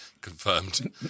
confirmed